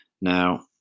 Now